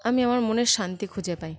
আমি আমার মনের শান্তি খুঁজে পাই